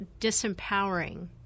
disempowering